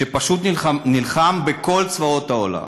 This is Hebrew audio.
שפשוט נלחם בכל צבאות העולם.